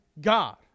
God